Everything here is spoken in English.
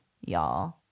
y'all